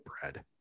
bread